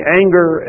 anger